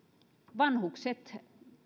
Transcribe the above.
vanhukset